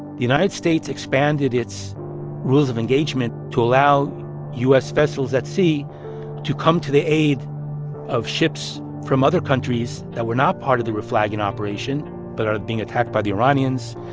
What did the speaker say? the united states expanded its rules of engagement to allow u s. vessels at sea to come to the aid of ships from other countries that were not part of the reflagging operation but are being attacked by the iranians.